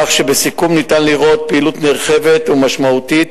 כך שבסיכום ניתן לראות פעילות נרחבת ומשמעותית,